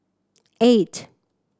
eight